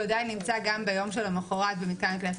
עדיין נמצא גם ביום שלמחרת במתקן הכליאה.